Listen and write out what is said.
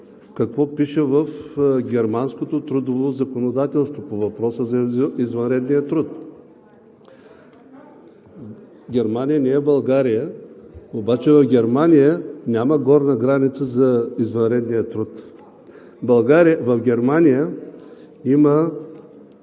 какво пише в германското трудово законодателство по въпроса за извънредния труд. (Реплики от „БСП за България“.) Германия не е България, обаче в Германия няма горна граница за извънредния труд. В Германия има